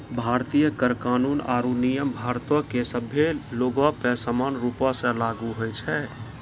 भारतीय कर कानून आरु नियम भारतो के सभ्भे लोगो पे समान रूपो से लागू होय छै